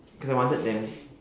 because I wanted them